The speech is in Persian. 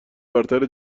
برتر